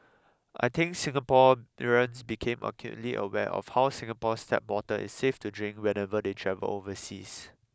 I think Singapore become acutely aware of how Singapore's tap water is safe to drink whenever they travel overseas